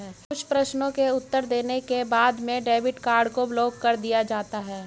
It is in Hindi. कुछ प्रश्नों के उत्तर देने के बाद में डेबिट कार्ड को ब्लाक कर दिया जाता है